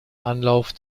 anlauf